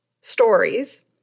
stories